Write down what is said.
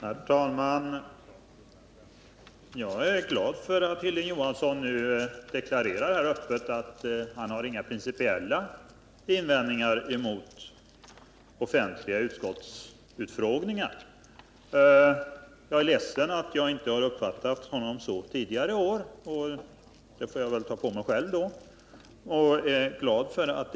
Herr talman! Jag är glad för att Hilding Johansson nu öppet deklarerade att han inte har några principiella invändningar mot offentliga utskottsutfrågningar, men jag är ledsen för att jag inte uppfattade honom så tidigare år. Jag får väl själv ta på mig skulden för detta.